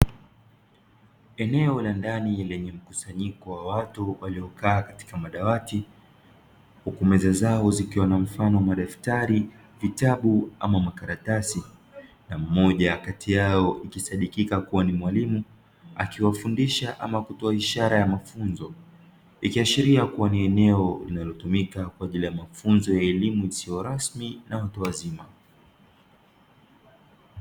Eneo la ndani lenye mkusanyiko wa watu waliokaa katika madawati huku meza zao zikiwa na mfano wa madaftari, vitabu ama makaratasi. Na mmoja kati yao akisadikika kua ni mwalimu akiwafundisha ama kutoa ishara ya mafunzo ikiashiria kua ni eneo linalotumika kwa ajili ya kutoa mafunzo yasiyo rasmi na watu wazima.